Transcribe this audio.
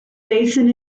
basin